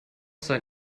sein